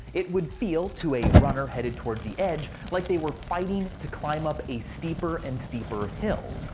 it would feel to a runner headed toward the edge, like they were fighting to climb up a steeper and steeper hill.